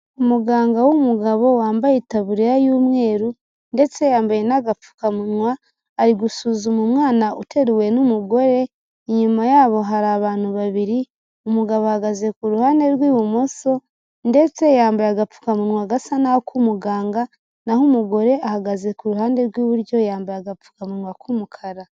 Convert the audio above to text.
Umuganga w'umugabo wambaye itaburiya y'umweru ndetse yambaye n'agapfukamunwa, ari gusuzuma umwana uteruwe n'umugore, inyuma yabo hari abantu babiri, umugabo ahagaze ku ruhande rw'ibumoso ndetse yambaye agapfukamunwa gasa n'ak'umuganga, naho umugore ahagaze ku ruhande rw'iburyo yambaye agapfukamunwa k'umukara.